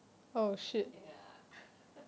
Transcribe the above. ya